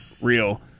real